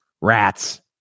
Rats